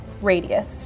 radius